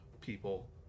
people